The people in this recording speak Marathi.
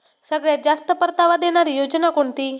सगळ्यात जास्त परतावा देणारी योजना कोणती?